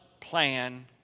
plan